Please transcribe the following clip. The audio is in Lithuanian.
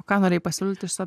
ką norėjai pasiūlyt iš savo